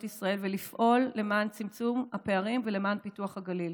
ישראל ולפעול למען צמצום הפערים ולמען פיתוח הגליל.